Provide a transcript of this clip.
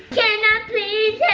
can i please